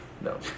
No